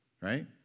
right